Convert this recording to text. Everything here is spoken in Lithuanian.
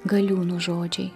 galiūnų žodžiai